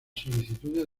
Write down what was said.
solicitudes